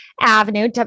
avenue